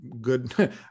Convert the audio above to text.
good